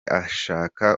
ashaka